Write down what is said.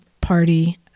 party